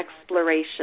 exploration